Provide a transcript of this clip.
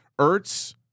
Ertz